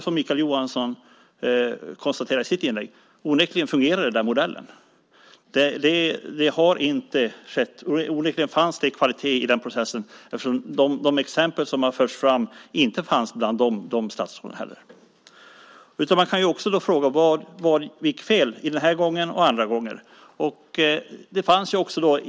Som Mikael Johansson konstaterade i sitt inlägg fungerade den modellen onekligen. Det fanns onekligen kvalitet i processen. De statsråden fanns inte bland de exempel som har förts fram. Man kan fråga vad som gick fel den här gången och andra gånger.